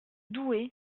douai